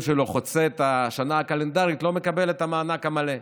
שלו חוצה את השנה הקלנדרית לא מקבל את המענק המלא.